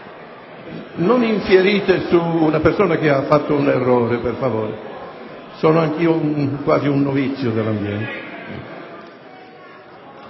Non infierite su una persona che ha commesso un errore, per favore. Sono anch'io quasi un novizio dell'ambiente...